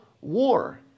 war